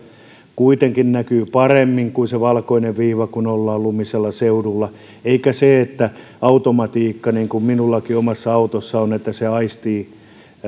kuitenkin näkyy paremmin kuin se valkoinen viiva kun ollaan lumisella seudulla enkä sitä että automatiikka niin kuin minullakin omassa autossa on aistii